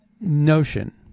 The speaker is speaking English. notion